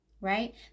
Right